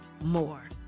more